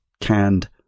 canned